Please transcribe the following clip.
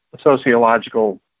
sociological